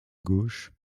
gauche